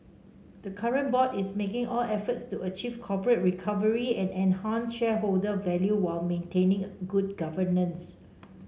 the current board is making all efforts to achieve corporate recovery and enhance shareholder value while maintaining good governance